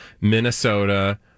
Minnesota